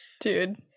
Dude